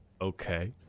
okay